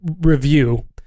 review